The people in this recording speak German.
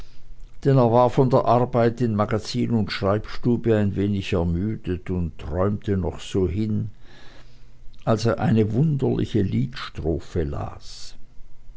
er war von der arbeit in magazin und schreibstube ein wenig ermüdet und träumte noch so hin als er eine wunderliche liederstrophe las